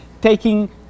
taking